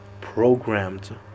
programmed